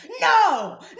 no